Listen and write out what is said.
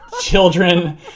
children